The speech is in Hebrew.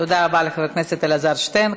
תודה רבה לחבר הכנסת אלעזר שטרן.